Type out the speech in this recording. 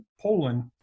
Poland